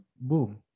boom